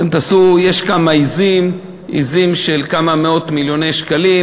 יש כמה עזים, עזים של כמה מאות מיליוני שקלים.